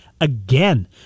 again